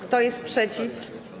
Kto jest przeciw?